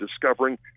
discovering